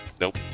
Nope